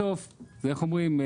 בסוף זה, איך אומרים?